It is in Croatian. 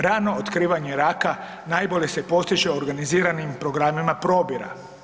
Rano otkrivanje raka najbolje se postiže organiziranim programima probira.